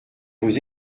vos